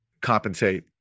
compensate